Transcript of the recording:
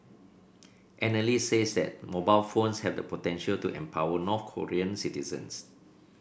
analysts says that mobile phones have the potential to empower North Korean citizens